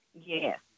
Yes